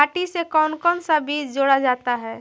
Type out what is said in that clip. माटी से कौन कौन सा बीज जोड़ा जाता है?